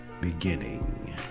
beginning